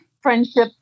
Friendship